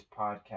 Podcast